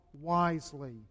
wisely